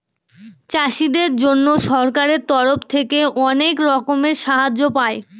চাষীদের জন্য সরকারের তরফ থেকে অনেক রকমের সাহায্য পায়